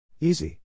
Easy